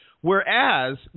Whereas –